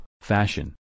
Fashion